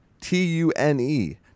T-U-N-E